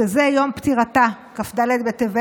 שזה יום פטירתה, כ"ד בטבת.